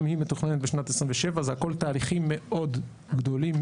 גם היא מתוכננת בשנת 2027. זה הכול תהליכים מאוד גדולים,